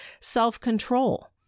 self-control